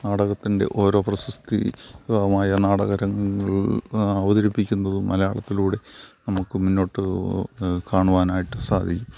നാടകത്തിൻ്റെ ഓരോ പ്രശസ്തിമായ നാടക രംഗങ്ങൾ അവതരിപ്പിക്കുന്നതും മലയാളത്തിലൂടെ നമുക്ക് മുന്നോട്ട് കാണുവാനായിട്ട് സാധിക്കും